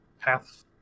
path